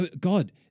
God